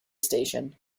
station